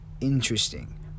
interesting